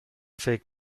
فکر